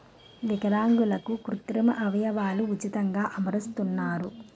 విలాంగులకు కృత్రిమ అవయవాలు ఉచితంగా అమరుస్తున్నారు